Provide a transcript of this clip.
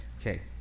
Okay